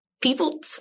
people